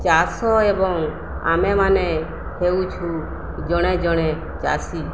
ଚାଷ ଏବଂ ଆମେମାନେ ହେଉଛୁ ଜଣେ ଜଣେ ଚାଷୀ